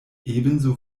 ebenso